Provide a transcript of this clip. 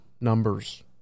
numbers